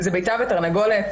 זה ביצה ותרנגולת.